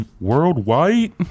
worldwide